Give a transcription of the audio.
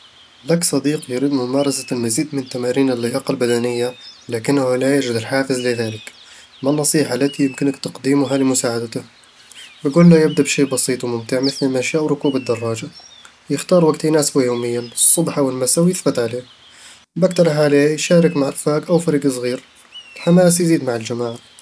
لك صديق يريد ممارسة المزيد من تمارين اللياقة البدنية لكنه لا يجد الحافز لذلك. ما النصيحة التي يمكنك تقديمها لمساعدته؟ بقول له يبدأ بشي بسيط وممتع مثل المشي أو ركوب الدراجة يختار وقت يناسبه يوميًا، الصبح أو المساء، ويثبت عليه بقترح عليه يشارك مع رفاق أو فريق صغير، الحماس يزيد مع الجماعة